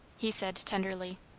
he said tenderly.